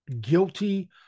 guilty